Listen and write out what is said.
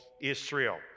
Israel